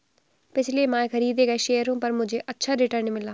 पिछले माह खरीदे गए शेयरों पर मुझे अच्छा रिटर्न मिला